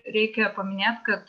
reikia paminėt kad